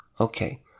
okay